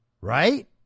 Right